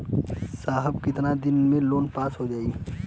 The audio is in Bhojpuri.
साहब कितना दिन में लोन पास हो जाई?